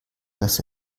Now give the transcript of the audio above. das